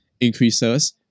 increases